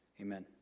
Amen